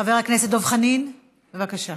בבקשה.